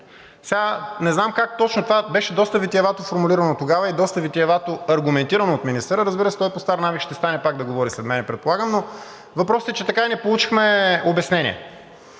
идеология“. Това беше доста витиевато формулирано тогава и доста витиевато аргументирано от министъра. Разбира се, той по стар навик ще стане пак да говори след мен, предполагам, но въпросът е, че така и не получихме обяснение,